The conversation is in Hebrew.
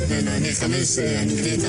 אלא האחריות הכי גדולה שלנו,